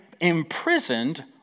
imprisoned